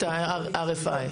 את ה-RFI.